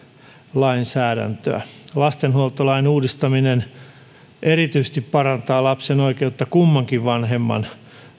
lainsäädäntöä lastenhuoltolain uudistaminen parantaa erityisesti lapsen oikeutta kummankin vanhemman